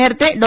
നേരത്തെ ഡോ